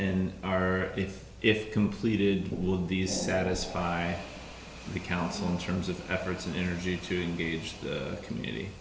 in our if if completed will these satisfy the council in terms of efforts and energy to engage the community